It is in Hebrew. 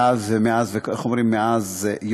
מאז,